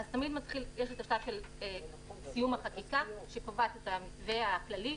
תמיד יש את השלב של סיום החקיקה שקובעת את המתווה הכללי,